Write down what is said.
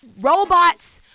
Robots